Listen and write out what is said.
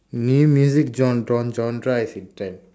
new music gen~ gen~ genre as in trend